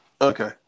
okay